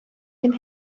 ddim